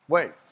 Wait